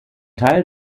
teil